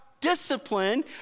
discipline